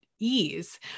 ease